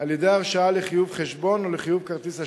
על-ידי הרשאה לחיוב חשבון או לחיוב כרטיס האשראי.